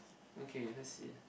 okay let see